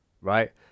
right